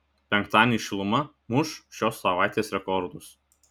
penktadienį šiluma muš šios savaitės rekordus